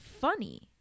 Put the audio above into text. funny